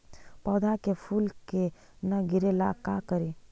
पौधा के फुल के न गिरे ला का करि?